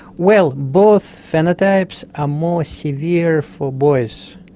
well, both phenotypes are more severe for boys.